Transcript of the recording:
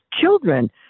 children